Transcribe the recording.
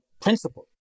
principle